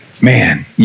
Man